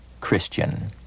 Christian